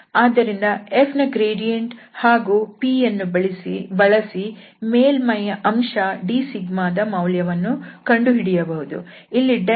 ಆದ್ದರಿಂದ f ನ gradient ಹಾಗೂ pಯನ್ನು ಬಳಸಿ ಮೇಲ್ಮೈಯ ಅಂಶ d ದ ಮೌಲ್ಯವನ್ನು ಕಂಡುಹಿಡಿಯಬಹುದು